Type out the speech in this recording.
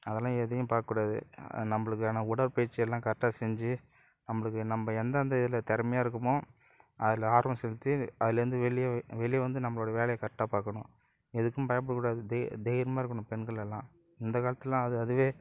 அதெல்லாம் எதையும் பாக்க கூடாது நம்பளுக்கான உடற்பயிற்சி எல்லாம் கரெக்டா செஞ்சி நம்பளுக்கு நம்ப எந்தெந்த இதில் திறமையா இருக்கோமோ அதில் ஆர்வம் செலுத்தி அதுலருந்து வெளியே வெளியே வந்து நம்பளோடைய வேலையை கரெக்டாக பார்க்கணும் எதுக்கும் பயப்புடக்கூடாது தெ தைரியமாக இருக்கணும் பெண்கள் எல்லாம் இந்த காலத்துலாம் அது அதுவே